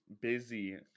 busy